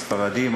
הספרדים,